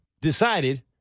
decided